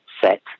set